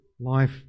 life